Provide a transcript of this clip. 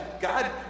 God